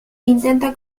intenta